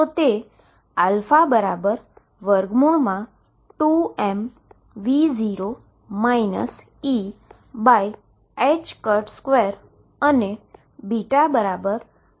તો α2m2 અને β2mE2 જ્યાં E 0 છે